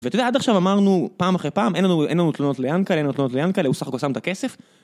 ואתה יודע עד עכשיו אמרנו פעם אחרי פעם, אין לנו תלונות ליענקל, אין לנו תלונות ליענקל, הוא סך הכל שם את הכסף.